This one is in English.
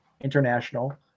international